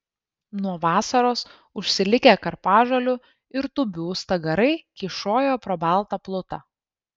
nuo vasaros užsilikę karpažolių ir tūbių stagarai kyšojo pro baltą plutą